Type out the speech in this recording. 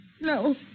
No